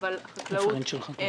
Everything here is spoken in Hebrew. אם השמאי מאשר שהבית לא כשיר לאכלוס